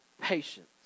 patience